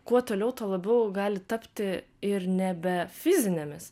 kuo toliau tuo labiau gali tapti ir nebe fizinėmis